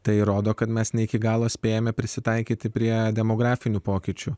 tai rodo kad mes ne iki galo spėjame prisitaikyti prie demografinių pokyčių